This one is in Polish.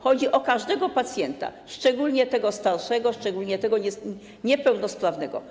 Chodzi o każdego pacjenta, szczególnie tego starszego, szczególnie tego niepełnosprawnego.